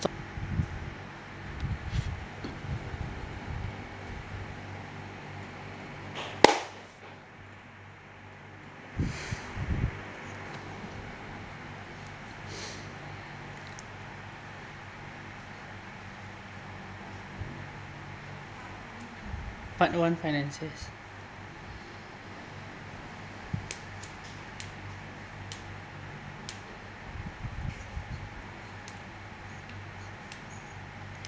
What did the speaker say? part one finances